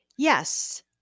Yes